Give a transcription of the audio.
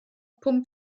pump